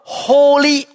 holy